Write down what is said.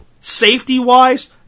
safety-wise